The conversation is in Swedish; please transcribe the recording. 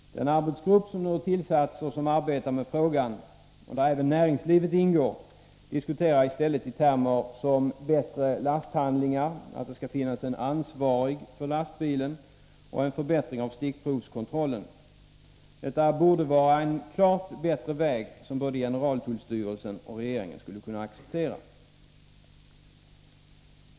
Den arbetsgrupp med representanter även för näringslivet som nu har tillsatts, och som arbetar med frågan, diskuterar i stället bättre lasthandlingar, att det skall finnas en ansvarig för lastbilen samt förbättring av stickprovskontrollen. Detta torde vara en klart bättre väg som både generaltullstyrelsen och regeringen borde kunna acceptera.